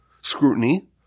scrutiny